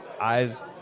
eyes